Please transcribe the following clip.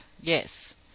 yes